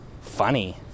funny